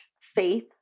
faith